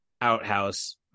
outhouse